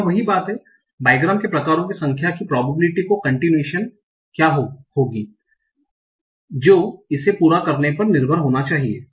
यह वही बात है बाइग्राम के प्रकारों की संख्या की कंटीनुयाशन की प्रॉबबिलिटि क्या होंगी है जो इसे पूरा करने पर निर्भर होना चाहिए